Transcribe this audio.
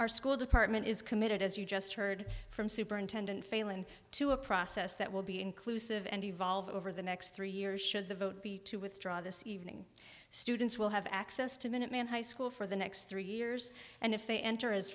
our school department is committed as you just heard from superintendent failand to a process that will be inclusive and evolve over the next three years should the vote be to withdraw this evening students will have access to minuteman high school for the next three years and if they enter